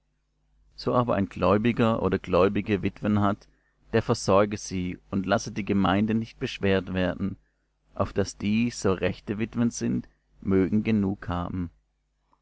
so aber ein gläubiger oder gläubige witwen hat der versorge sie und lasse die gemeinde nicht beschwert werden auf daß die so rechte witwen sind mögen genug haben